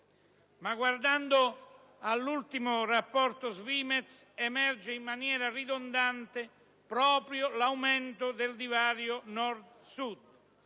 Ma, guardando all'ultimo rapporto SVIMEZ, emerge in maniera ridondante proprio l'aumento del divario Nord-Sud.